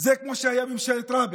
זה כמו שהיה בממשלת רבין,